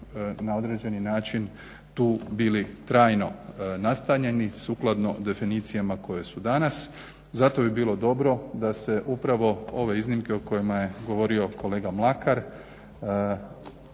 na određeni način tu bili trajno nastanjeni sukladno definicijama koje su danas. Zato bi bilo dobro da se upravo ove iznimke o kojima je govorio kolega Mlakar